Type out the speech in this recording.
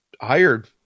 hired